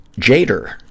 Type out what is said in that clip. Jader